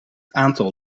aantal